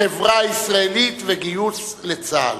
חברה ישראלית וגיוס לצה"ל.